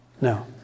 No